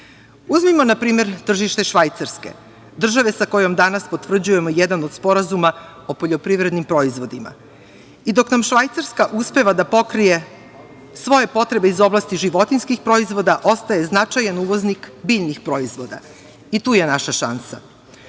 na primer tržište Švajcarske, države sa kojom danas potvrđujemo jedan od sporazuma o poljoprivrednim proizvodima i dok nam Švajcarska uspeva da pokrije svoje potrebe iz oblasti životinjskih proizvoda ostaje značajan uvoznik biljnih proizvoda i tu je naša